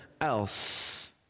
else